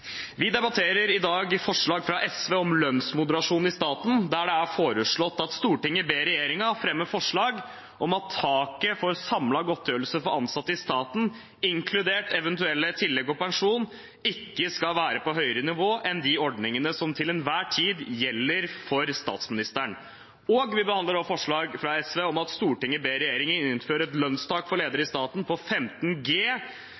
Vi debatterer i dag forslag fra SV om lønnsmoderasjon i staten, der det er foreslått at Stortinget ber regjeringen fremme forslag om at taket for samlet godtgjørelse for ansatte i staten, inkludert eventuelle tillegg og pensjon, ikke skal være på høyere nivå enn de ordningene som til enhver tid gjelder for statsministeren. Vi behandler også forslag fra SV om at Stortinget ber regjeringen innføre et lønnstak for